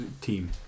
team